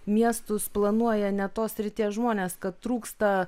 miestus planuoja ne tos srities žmonės kad trūksta